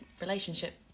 relationship